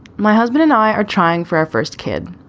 my husband and i are trying for our first kid.